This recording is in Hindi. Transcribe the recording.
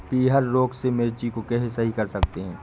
पीहर रोग से मिर्ची को कैसे सही कर सकते हैं?